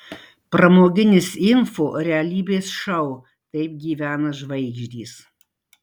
pramoginis info realybės šou taip gyvena žvaigždės